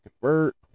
convert